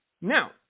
Now